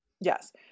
Yes